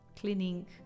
cleaning